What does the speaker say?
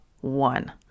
one